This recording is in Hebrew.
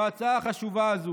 בהצעה החשובה הזו,